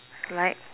like